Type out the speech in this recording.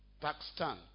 Pakistan